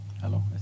Hello